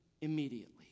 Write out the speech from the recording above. immediately